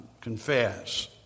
confess